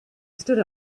stood